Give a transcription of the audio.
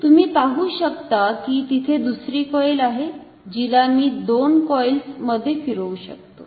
तुम्ही पाहु शकता की तिथे दुसरी कॉईल आहे जिला मी दोन कॉइल्स मध्ये फिरवु शकतो